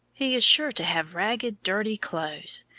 he is sure to have ragged, dirty clothes.